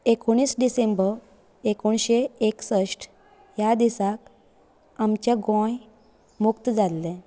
एकूणीस डिसेंबर एकूणीश्शे एकसश्ठ ह्या दिसा आमचे गोंय मूक्त जाल्ले